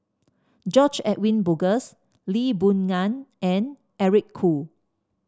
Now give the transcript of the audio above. George Edwin Bogaars Lee Boon Ngan and Eric Khoo